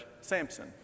Samson